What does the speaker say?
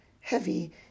heavy